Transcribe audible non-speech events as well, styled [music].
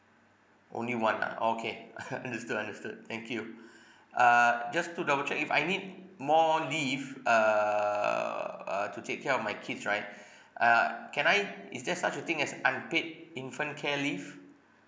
only one ah okay [laughs] understood understood thank you [breath] uh just to double check if I need more leave err uh to take care of my kids right [breath] uh can I is there such a thing as unpaid infant care leave